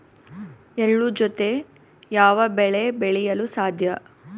ಎಳ್ಳು ಜೂತೆ ಯಾವ ಬೆಳೆ ಬೆಳೆಯಲು ಸಾಧ್ಯ?